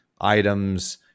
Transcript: items